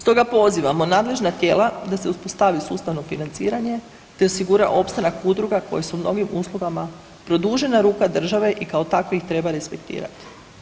Stoga pozivamo nadležna tijela da se uspostavi sustavno financiranje te osigura opstanak udruga koje su mnogim usluga produžena ruka država i kao takve ih treba respektirati.